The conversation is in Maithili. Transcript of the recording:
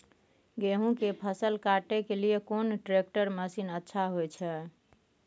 गेहूं के फसल काटे के लिए कोन ट्रैक्टर मसीन अच्छा होय छै?